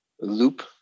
loop